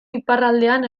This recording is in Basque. iparraldean